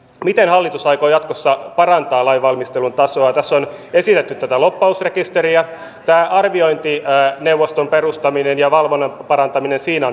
miten hallitus aikoo jatkossa parantaa lainvalmistelun tasoa tässä on esitetty tätä lobbausrekisteriä tämä arviointineuvoston perustaminen ja valvonnan parantaminen siinä